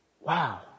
wow